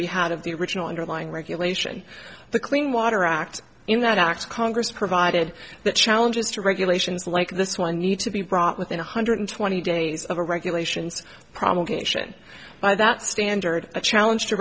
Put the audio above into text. be had of the original underlying regulation the clean water act in that act congress provided that challenges to regulations like this one need to be brought within one hundred twenty days of a regulations promulgated by that standard a challenge to